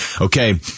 okay